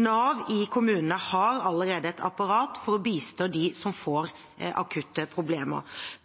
Nav i kommunene har allerede et apparat for å bistå dem som får akutte problemer.